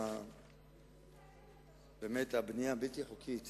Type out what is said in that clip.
שהבנייה הבלתי-חוקית